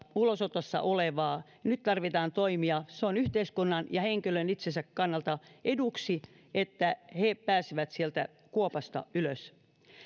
ulosotossa olevaa ja että nyt tarvitaan toimia se on yhteiskunnan ja henkilön itsensä kannalta eduksi että he pääsevät sieltä kuopasta ylös